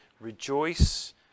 rejoice